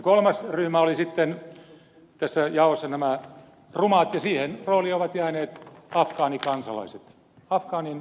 kolmas ryhmä oli sitten tässä jaossa nämä rumat ja siihen rooliin ovat jääneet afgaanikansalaiset afgaanit